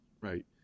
right